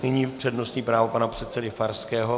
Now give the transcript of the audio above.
Nyní přednostní právo pana předsedy Farského.